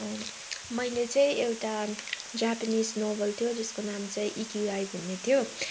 मैले चाहिँ एउटा जापनिज नोभल थियो जसको नाम इकिगाई भन्ने थियो